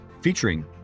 featuring